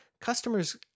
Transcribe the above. customers